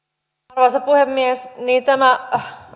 arvoisa puhemies tämä